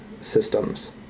systems